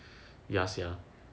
ya sia